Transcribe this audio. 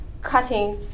cutting